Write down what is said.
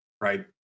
right